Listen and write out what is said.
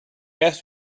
asked